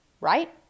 right